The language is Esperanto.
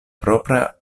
propra